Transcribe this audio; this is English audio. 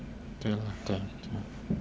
对 lor 对 lor